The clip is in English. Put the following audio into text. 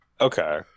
okay